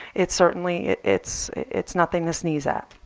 it's certainly, it's it's nothing to sneeze at.